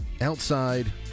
outside